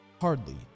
Hardly